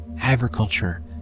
Agriculture